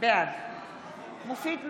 בעד מופיד מרעי,